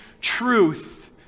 truth